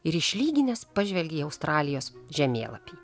ir išlyginęs pažvelgė į australijos žemėlapį